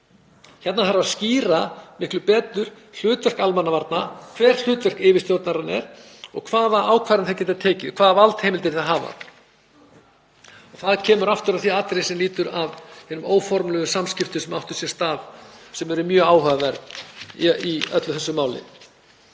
Þarna þarf að skýra miklu betur hlutverk almannavarna og hvert sé hlutverk yfirstjórnarinnar, hvaða ákvarðanir hún geti tekið og hvaða valdheimildir hún hafi. Það kemur aftur að því sem lýtur að hinum óformlegu samskiptum sem áttu sér stað, sem eru mjög áhugaverð í öllu þessu máli.